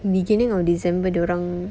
beginning of december dia orang